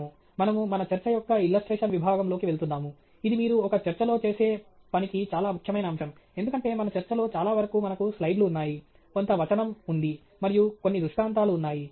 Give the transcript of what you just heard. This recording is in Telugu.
మనము మన చర్చ యొక్క ఇలస్ట్రేషన్ విభాగంలోకి వెళ్తున్నాము ఇది మీరు ఒక చర్చలో చేసే పనికి చాలా ముఖ్యమైన అంశం ఎందుకంటే మన చర్చలో చాలా వరకు మనకు స్లైడ్లు ఉన్నాయి కొంత వచనం ఉంది మరియు కొన్ని దృష్టాంతాలు ఉన్నాయి